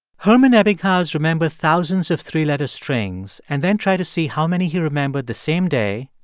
hermann ebbinghaus remembered thousands of three-letter strings and then tried to see how many he remembered the same day,